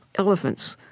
elephants,